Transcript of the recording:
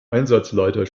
einsatzleiter